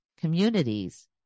communities